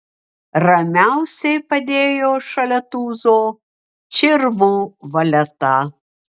ramiausiai padėjo šalia tūzo čirvų valetą